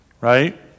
right